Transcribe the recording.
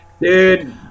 Dude